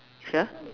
sure